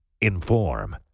Inform